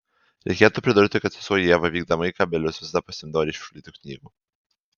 reikėtų pridurti kad sesuo ieva vykdama į kabelius visada pasiimdavo ryšulį tų knygų